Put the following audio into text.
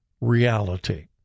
reality